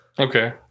Okay